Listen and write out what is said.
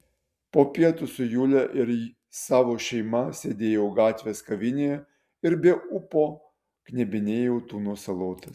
po pietų su jule ir savo šeima sėdėjau gatvės kavinėje ir be ūpo knebinėjau tuno salotas